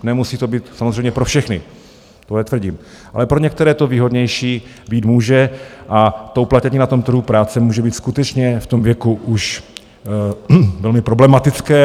Nemusí to být samozřejmě pro všechny, to netvrdím, ale pro některé to výhodnější být může a uplatnění na trhu práce může být skutečně v tom věku už velmi problematické.